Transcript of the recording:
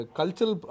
cultural